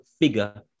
figure